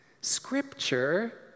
Scripture